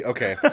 Okay